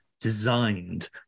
designed